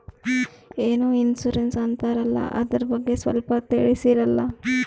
ಏನೋ ಇನ್ಸೂರೆನ್ಸ್ ಅಂತಾರಲ್ಲ, ಅದರ ಬಗ್ಗೆ ಸ್ವಲ್ಪ ತಿಳಿಸರಲಾ?